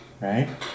Right